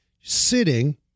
sitting